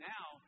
Now